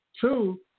Two